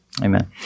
Amen